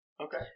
Okay